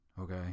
Okay